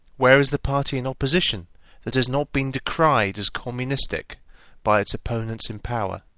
where is the party in opposition that has not been decried as communistic by its opponents in power?